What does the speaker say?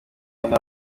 mba